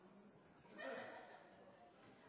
Nei,